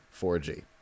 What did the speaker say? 4G